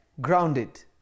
grounded